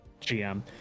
gm